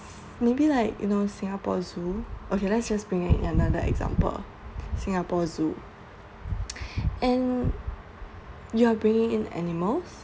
maybe like you know singapore zoo okay let's just bring in another example singapore zoo and you are bringing in animals